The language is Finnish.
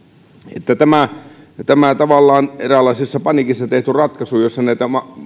tämä tavallaan eräänlaisessa paniikissa tehty ratkaisu jossa näitä